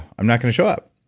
i'm not going to show up.